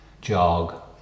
jog